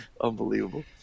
unbelievable